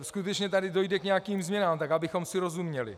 Skutečně tady dojde k nějakým změnám, tak abychom si rozuměli.